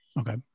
Okay